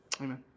Amen